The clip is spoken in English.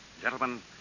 Gentlemen